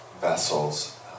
vessels